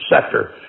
sector